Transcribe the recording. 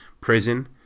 prison